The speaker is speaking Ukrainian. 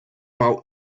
мав